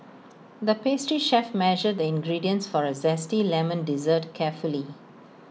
the pastry chef measured the ingredients for A Zesty Lemon Dessert carefully